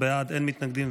2023,